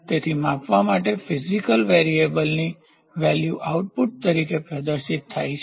તેથી માપવા માટે ફીઝીક્લ વેરીએબલભૌતિક ચલની વેલ્યુ આઉટપુટ તરીકે પ્રદર્શિત થાય છે